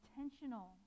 intentional